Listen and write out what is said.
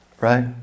Right